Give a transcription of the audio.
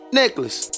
necklace